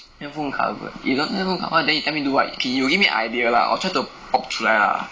handphone cover you don't handphone cover then you tell me do [what] okay you give me idea lah 我 try to pop 出来 lah